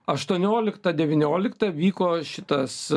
aštuonioliktą devynioliktą vyko šitas